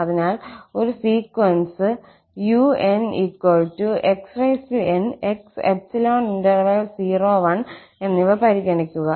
അതിനാൽ ഒരു sequence unxn 𝑥 ∈ 01 എന്നിവ പരിഗണിക്കുക